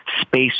space